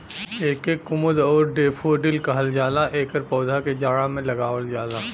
एके कुमुद आउर डैफोडिल कहल जाला एकर पौधा के जाड़ा में लगावल जाला